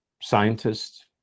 scientists